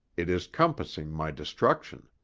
it is compassing my destruction.